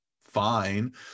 fine